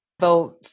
vote